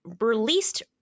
released